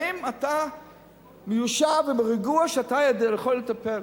האם אתה מיושב ורגוע שאתה יכול לטפל?